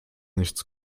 nichts